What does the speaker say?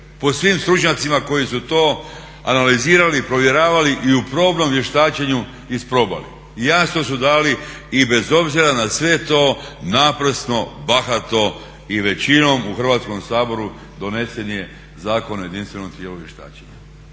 po svim stručnjacima koji su to analizirali, provjeravali i u probnom vještačenju isprobali i jasno su dali i bez obzira na sve to naprasno, bahato i većinom u Hrvatskom saboru donesen je Zakon o jedinstvenom tijelu vještačenja.